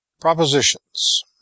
Propositions